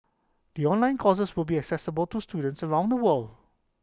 the online courses will be accessible to students around the world